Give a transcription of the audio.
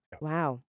Wow